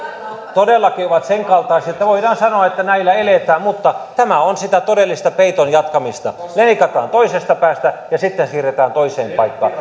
todellakin ovat senkaltaisia että voidaan sanoa että näillä eletään mutta tämä on sitä todellista peiton jatkamista leikataan toisesta päästä ja sitten siirretään toiseen paikkaan